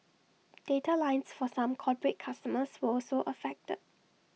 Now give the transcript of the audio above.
data lines for some corporate customers were also affected